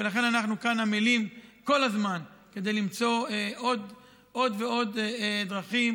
ולכן אנחנו כאן עמלים כל הזמן למצוא עוד ועוד דרכים